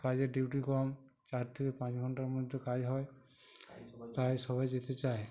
কাজের ডিউটি কম চার থেকে পাঁচ ঘন্টার মধ্যে কাজ হয় তাই সবাই যেতে চায়